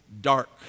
dark